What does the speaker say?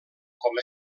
com